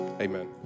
Amen